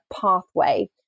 pathway